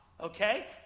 Okay